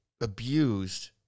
abused